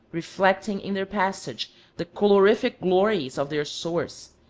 reflecting in their passage the colorific glories of their source,